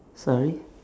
sorry